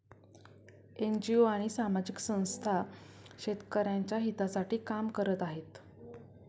NGO आणि सामाजिक संस्था शेतकऱ्यांच्या हितासाठी काम करत आहेत